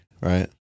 right